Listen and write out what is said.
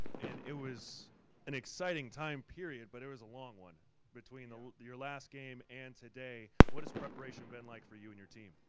and it was an exciting time period but it was a long one between ah your last game and today. what has preparation been like for you and your team?